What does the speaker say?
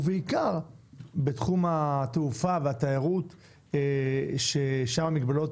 ובעיקר בתחום התעופה והתיירות ששם המגבלות